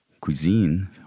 cuisine